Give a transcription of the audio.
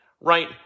right